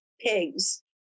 pigs